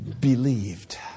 believed